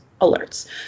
alerts